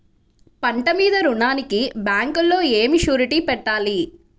పంట మీద రుణానికి బ్యాంకులో ఏమి షూరిటీ పెట్టాలి?